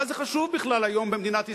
מה זה חשוב בכלל היום במדינת ישראל?